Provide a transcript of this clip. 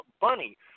bunny